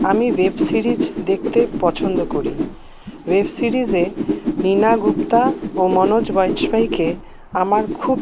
আমি web series দেখতে পছন্দ করি ওয়েব সিরিজে নিনা গুপ্তা ও মনোজ বাজপাইকে আমার খুব